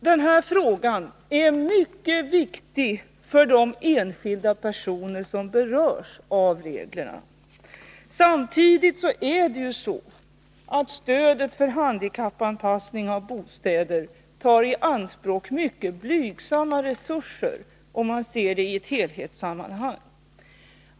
Den här frågan är mycket viktig för de enskilda som berörs av reglerna. Samtidigt är det ju så att stödet för handikappanpassning av bostäder tar i anspråk mycket blygsamma resurser, om man ser det i ett helhetssammanhang.